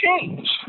change